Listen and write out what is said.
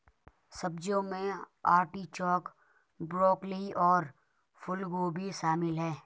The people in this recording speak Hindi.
सब्जियों में आर्टिचोक, ब्रोकोली और फूलगोभी शामिल है